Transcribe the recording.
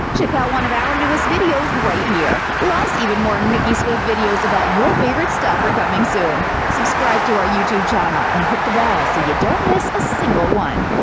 check out one of our newest videos right here! plus, even more nicki swift videos about your favorite stuff are coming soon. subscribe to our youtube channel and hit the bell so you don't miss a single one.